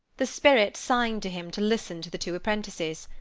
the spirit signed to him to listen to the two apprentices,